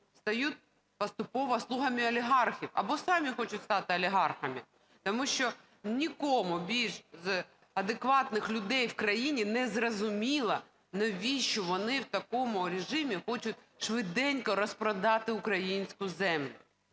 стають поступово слугами олігархів або самі хочуть стати олігархами. Тому що нікому більше з адекватних людей в країні не зрозуміло, навіщо вони в такому режимі хочуть швиденько розпродати українську землю.